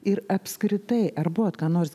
ir apskritai ar buvot ką nors